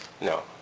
No